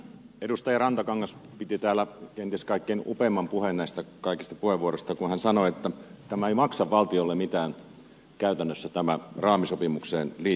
edustaja rantakangas piti täällä kenties kaikkein upeimman puheen näistä kaikista puheenvuoroista kun hän sanoi että tämä ei maksa valtiolle mitään käytännössä tämä raamisopimukseen liittyminen